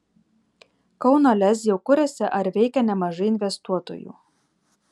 kauno lez jau kuriasi ar veikia nemažai investuotojų